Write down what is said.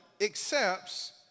accepts